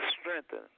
strengthen